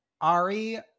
Ari